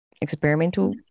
experimental